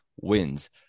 wins